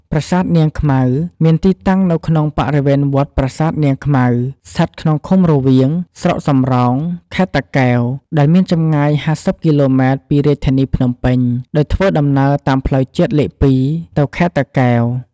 ប្រាសាទនាងខ្មៅ មានទីតាំងនៅក្នុងបរិវេណវត្តប្រាសាទនាងខ្មៅ ស្ថិតក្នុងឃុំរវៀង ស្រុកសំរោង ខេត្តតាកែវ ដែលមានចម្ងាយ ៥០ គីឡូម៉ែត្រពីធានីរាជភ្នំពេញ ដោយធ្វើដំណើរតាមផ្លូវជាតិលេខ ២ ទៅខេត្តតាកែវ។